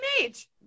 age